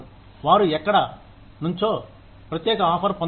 వారు ఎక్కడి నుంచో ప్రత్యేక ఆఫర్ పొందవచ్చు